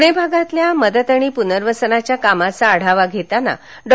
पुणे विभागातील मदत आणि पुनर्वसनाच्या कामाचा आढावा देताना डॉ